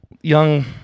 young